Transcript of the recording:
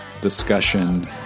discussion